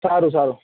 સારું સારું